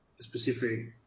specifically